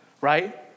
right